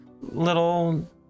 little